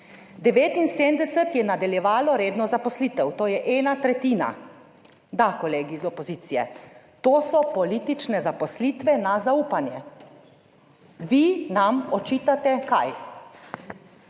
79 je nadaljevalo redno zaposlitev, to je ena tretjina. Da, kolegi iz opozicije, to so politične zaposlitve na zaupanje. Vi nam očitate kaj?